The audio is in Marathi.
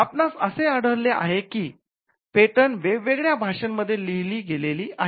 आपणास असे आढळले आहे की पेटंट्स वेगवेगळ्या भाषांमध्ये लिहिली गेलेली आहेत